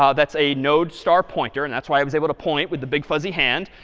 ah that's a node star pointer. and that's why i was able to point with the big fuzzy hand.